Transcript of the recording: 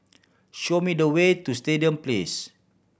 show me the way to Stadium Place